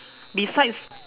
besides